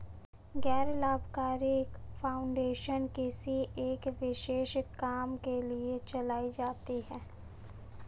गैर लाभकारी फाउंडेशन किसी एक विशेष काम के लिए चलाए जाते हैं